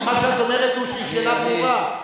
מה שאת אומרת הוא שאלה ברורה,